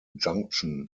junction